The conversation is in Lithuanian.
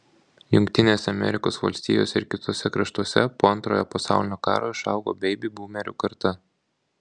jungtinėse amerikos valstijose ir kituose kraštuose po antrojo pasaulinio karo išaugo beibi būmerių karta